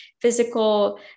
physical